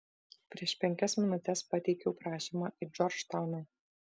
prieš penkias minutes pateikiau prašymą į džordžtauną